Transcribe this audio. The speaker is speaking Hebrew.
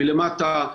מלמטה.